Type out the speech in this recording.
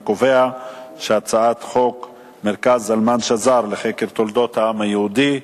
אני קובע שחוק מרכז זלמן שזר לחקר תולדות העם היהודי,